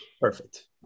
Perfect